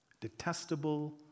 Detestable